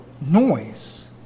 noise